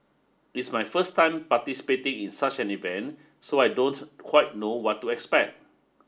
it's my first time participating in such an event so I don't quite know what to expect